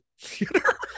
theater